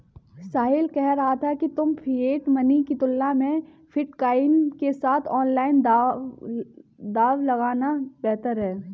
साहिल कह रहा था कि फिएट मनी की तुलना में बिटकॉइन के साथ ऑनलाइन दांव लगाना बेहतर हैं